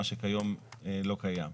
מה שכיום לא קיים.